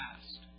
past